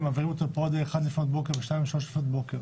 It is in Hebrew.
והם מעבירים אותם עד 01:00 לפנות בוקר ו-02:00 ו-03:00 לפנות בוקר,